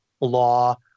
law